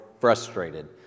frustrated